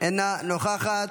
אינה נוכחת.